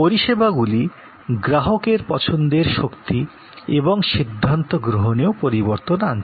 পরিষেবাগুলি গ্রাহকের পছন্দের শক্তি এবং সিদ্ধান্ত গ্রহণেও পরিবর্তন আনছে